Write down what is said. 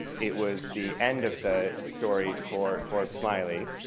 it was the end of the story for forbes smiley.